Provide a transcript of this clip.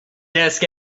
desk